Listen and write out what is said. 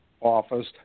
office